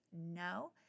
No